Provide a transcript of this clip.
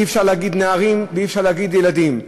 אי-אפשר להגיד "נערים" ואי-אפשר להגיד "ילדים".